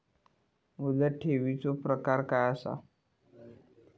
मुदत ठेवीचो प्रकार काय असा?